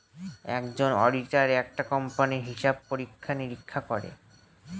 একজন অডিটার একটা কোম্পানির হিসাব পরীক্ষা নিরীক্ষা করে